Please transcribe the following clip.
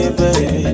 baby